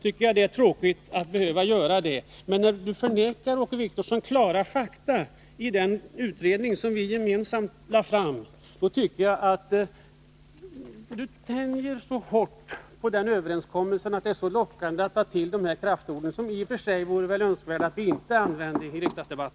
Men Åke Wictorsson förnekar klara fakta i den utredning som vi gemensamt lade fram och tänjer så hårt på överenskommelsen att det är lockande att ta till dessa kraftord, som det i och för sig vore önskvärt att inte använda i en riksdagsdebatt.